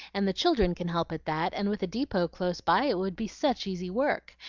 and the children can help at that, and with a deepot close by it would be such easy work.